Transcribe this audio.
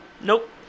Nope